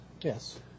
Yes